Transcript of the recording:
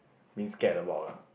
means scared about lah